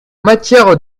matière